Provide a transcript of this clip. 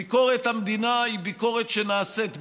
ביקורת המדינה היא ביקורת שנעשית בדיעבד,